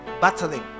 battling